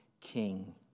king